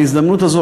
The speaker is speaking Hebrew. בהזדמנות הזאת,